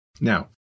Now